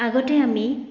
আগতে আমি